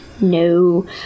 No